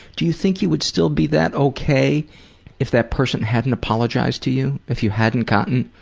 do you think you would still be that ok if that person hadn't apologized to you. if you hadn't gotten